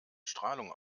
strahlung